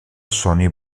sony